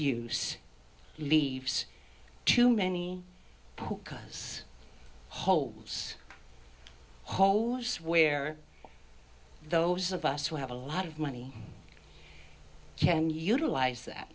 use leaves too many cars hopes holes where those of us who have a lot of money can utilize that